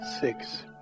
six